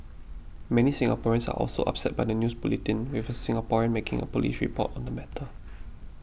many Singaporeans are also upset by the news bulletin with a Singaporean making a police report on the matter